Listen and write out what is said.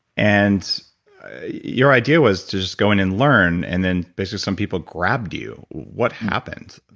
and your idea was to just go in and learn, and then basically some people grabbed you. what happened?